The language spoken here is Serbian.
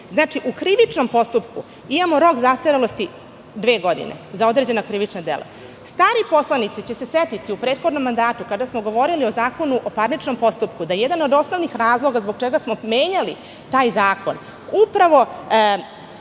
Znači, u krivičnom postupku imamo rok zastarelosti dve godine za određena krivična dela. Stari poslanici će se setiti u prethodnom mandatu kada smo govorili o Zakonu o parničnom postupku, da jedan od osnovnih razloga zbog čega smo menjali taj zakon jeste upravo